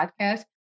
podcast